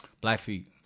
Blackfeet